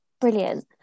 Brilliant